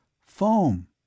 Foam